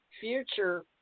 future